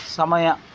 ಸಮಯ